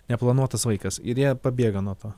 neplanuotas vaikas ir jie pabėga nuo to